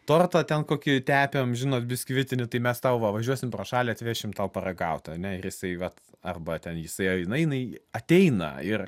tortą ten kokį tepėm žinot biskvitinį tai mes tau va važiuosim pro šalį atvešim tau paragaut ane ir jisai vat arba ten jisai ar jinai jinai ateina ir